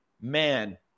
man